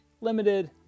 limited